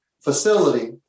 facility